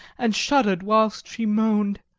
and shuddered whilst she moaned.